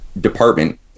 department